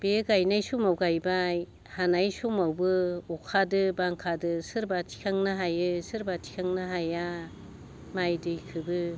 बे गायनाय समाव गायबाय हानाय समावबो अदो बांखादो सोरबा थिखांनो हायो सोरबा थिखांनो हाया माइ दैखौबो